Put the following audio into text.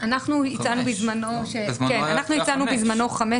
הצענו בזמנו חמש שנים,